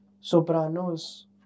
Sopranos